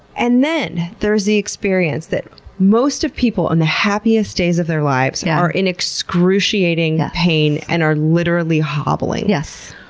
and then there's the experience that most of the people on the happiest days of their lives yeah are in excruciating pain and are literally hobbling. yes.